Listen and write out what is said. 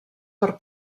per